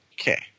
Okay